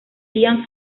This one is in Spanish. ian